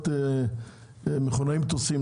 להיות מכונאי מטוסים,